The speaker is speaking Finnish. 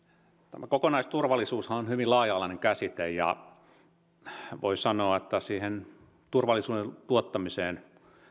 tämä kokonaisturvallisuushan on hyvin laaja alainen käsite ja voi sanoa että siihen turvallisuuden tuottamiseen